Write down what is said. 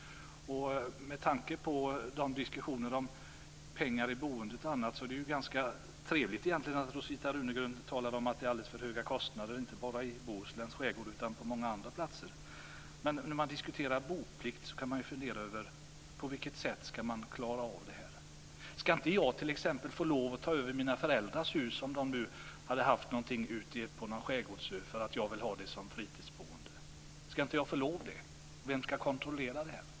Med tanke på diskussionen om pengar i boendet och annat är det ganska trevligt egentligen att Rosita Runegrund talar om att det är alldeles för höga kostnader, inte bara i Bohusläns skärgård utan också på många andra platser. Men när man diskuterar boplikt bör man fundera över hur det ska gå att klara det här. Ska inte jag t.ex. få ta över mina föräldrars hus, om de nu hade haft någonting ute på någon skärgårdsö, för att jag vill ha det som fritidsboende? Ska jag inte få lov till det? Vem ska kontrollera det?